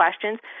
questions